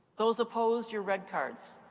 those opposed, your red cards.